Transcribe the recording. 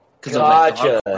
Gotcha